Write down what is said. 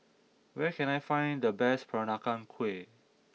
where can I find the best Peranakan Kueh